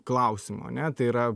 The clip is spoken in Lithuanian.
klausimų ane tai yra